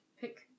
pick